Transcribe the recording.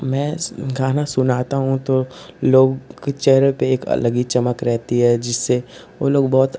मैं गाना सुनाता हूँ तो लोगों के चेहरे पर एक अलग ही चमक रहती है जिससे वे लोग बहुत ख़ुश